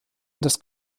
das